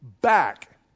back